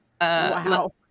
Wow